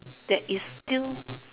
that is still